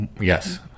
Yes